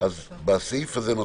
בסעיף הזה,